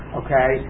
okay